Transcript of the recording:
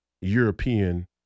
European